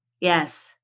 Yes